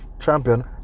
champion